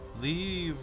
Leave